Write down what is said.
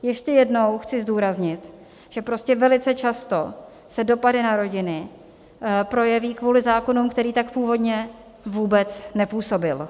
Ještě jednou chci zdůraznit, že velice často se dopady na rodiny projeví kvůli zákonu, který tak původně vůbec nepůsobil.